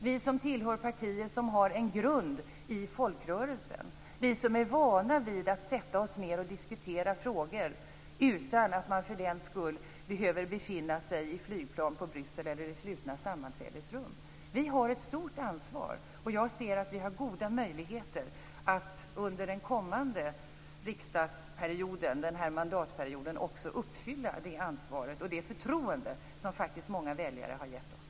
Vi som tillhör partier som har en grund i folkrörelsen, vi som är vana vid att diskutera frågor utan att man för den skull behöver befinna sig i flygplan, i Bryssel eller i slutna sammanträdesrum - vi har ett stort ansvar. Jag ser att vi har goda möjligheter att under den här mandatperioden också uppfylla det ansvar och det förtroende som många väljare har gett oss.